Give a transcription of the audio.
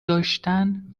داشتن